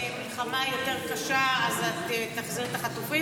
אתה חושב שאם תעשה מלחמה יותר קשה אז תחזיר את החטופים?